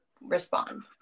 respond